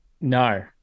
No